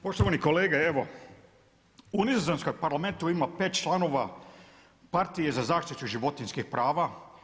Poštovani kolega, u nizozemskom parlamentu ima 5 članova partije za zaštitu životinjskih prava.